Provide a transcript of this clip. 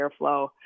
airflow